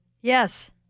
Yes